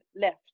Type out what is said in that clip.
left